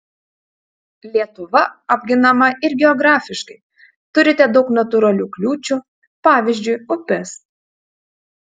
lietuva apginama ir geografiškai turite daug natūralių kliūčių pavyzdžiui upes